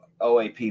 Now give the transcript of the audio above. OAP